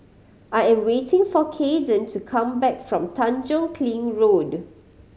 I am waiting for Kaiden to come back from Tanjong Kling Road